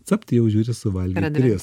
capt jau žiūri suvalgei tris